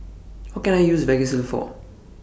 What Can I use Vagisil For